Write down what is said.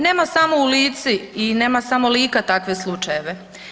Nema samo u Lici i nema samo Lika takve slučajeve.